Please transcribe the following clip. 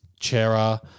Chera